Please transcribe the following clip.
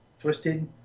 Twisted